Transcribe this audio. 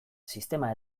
sistema